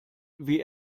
wie